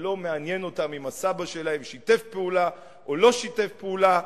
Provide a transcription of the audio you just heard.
לא מעניין אותם אם הסבא שלהם שיתף פעולה או לא שיתף פעולה.